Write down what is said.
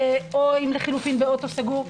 או לחלופין באוטו סגור?